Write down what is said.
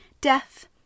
Death